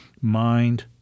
mind-